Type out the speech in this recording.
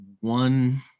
one